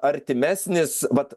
artimesnis vat